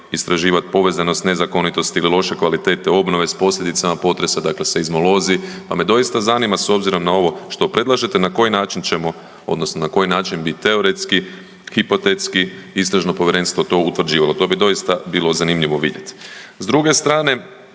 istraživati povezanost, nezakonitosti ili loše kvalitete obnove s posljedicama potresa, dakle seizmolozi. Pa me doista zanima s obzirom na ovo što predlažete na koji način ćemo odnosno na koji način bi teoretski, hipotetski istražno povjerenstvo to utvrđivalo. To bi doista bilo zanimljivo vidjet.